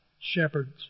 shepherds